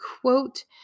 quote